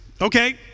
Okay